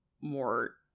more